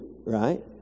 right